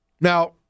Now